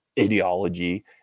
ideology